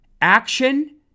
action